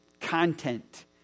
content